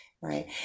right